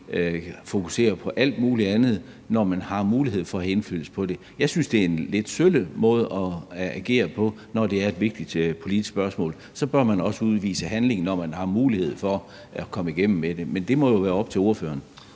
fokuserer på alt muligt andet, når man har mulighed for at have indflydelse på dem. Jeg synes, det er en lidt sølle måde at agere på. Når det drejer sig om et vigtigt politisk spørgsmål, bør man også udvise handling, når man har mulighed for at komme igennem med det. Men det må jo være op til ordføreren.